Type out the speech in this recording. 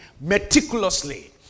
meticulously